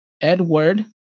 Edward